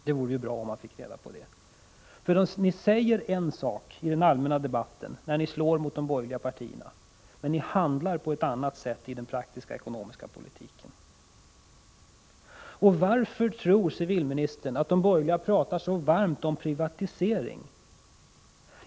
Det vore bra om vi fick reda på det, för ni säger en sak i den allmänna debatten, när ni slår mot de borgerliga partierna, men ni handlar på ett annat sätt i den praktiska ekonomiska politiken. Varför tror civilministern att de borgerliga pratar så varmt om privatisering?